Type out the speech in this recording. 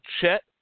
Chet